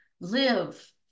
live